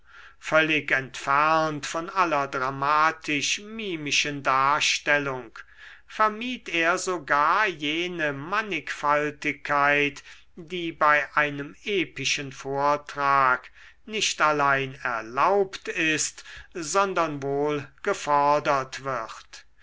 völlig entfernt von aller dramatisch mimischen darstellung vermied er sogar jene mannigfaltigkeit die bei einem epischen vortrag nicht allein erlaubt ist sondern wohl gefordert wird